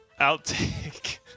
Outtake